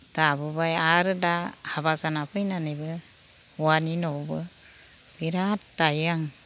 दाबोबाय आरो दा हाबा जाना फैनानैबो हौवानि न'आवबो बिराद दायो आं